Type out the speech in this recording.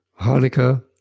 Hanukkah